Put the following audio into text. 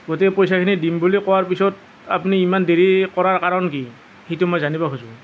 গতিকে পইচাখিনি দিম বুলি কোৱাৰ পিছত আপুনি ইমান দেৰি কৰাৰ কাৰণ কি সেইটো মই জানিব খোজোঁ